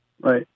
Right